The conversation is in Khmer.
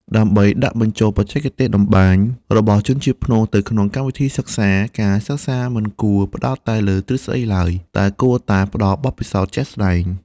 ដើម្បីដាក់បញ្ចូលបច្ចេកទេសតម្បាញរបស់ជនជាតិព្នងទៅក្នុងកម្មវិធីសិក្សា ការសិក្សាមិនគួរផ្តោតតែលើទ្រឹស្តីឡើយ តែគួរតែផ្តល់បទពិសោធន៍ជាក់ស្តែង។